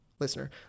listener